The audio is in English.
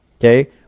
okay